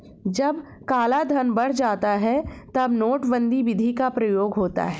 जब कालाधन बढ़ जाता है तब नोटबंदी विधि का प्रयोग होता है